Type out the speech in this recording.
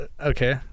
Okay